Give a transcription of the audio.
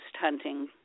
hunting